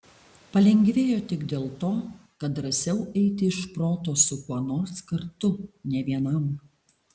palengvėjo tik dėl to kad drąsiau eiti iš proto su kuo nors kartu ne vienam